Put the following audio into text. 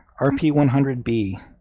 RP100B